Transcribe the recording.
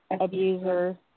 abuser